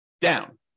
down